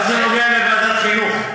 מה זה נוגע לוועדת חינוך?